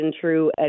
true